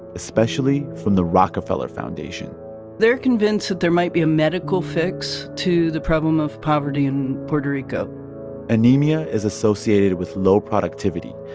especially from the rockefeller foundation they're convinced that there might be a medical fix to the problem of poverty in puerto rico anemia is associated with low productivity,